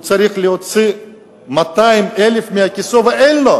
הוא צריך להוציא 200,000 מכיסו ואין לו.